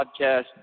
podcast